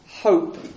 Hope